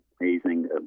amazing